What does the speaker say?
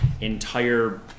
entire